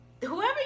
whoever